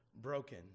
broken